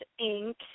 Inc